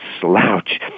slouch